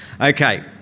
Okay